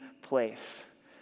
place